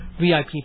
VIP